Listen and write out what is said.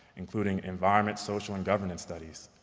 including environment, social, and governance studies,